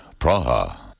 Praha